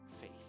faith